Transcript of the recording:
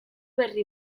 berri